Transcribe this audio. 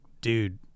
dude